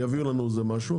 יביאו לנו משהו.